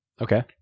Okay